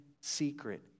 secret